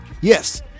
Yes